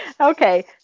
Okay